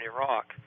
Iraq